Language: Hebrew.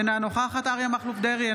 אינה נוכחת אריה מכלוף דרעי,